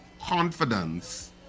confidence